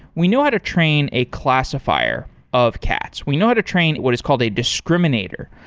we know how to train a classifier of cats. we know how to train what is called a discriminator,